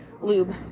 lube